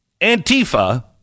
Antifa